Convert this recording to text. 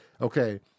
Okay